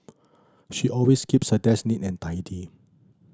she always keeps her desk neat and tidy